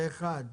פה אחד.